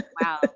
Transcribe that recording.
Wow